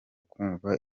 kumva